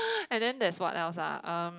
and then there's what else ah um